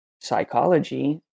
psychology